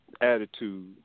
attitude